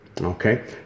Okay